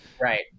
right